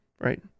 right